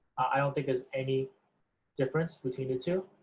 i don't think there's any difference between the two.